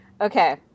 Okay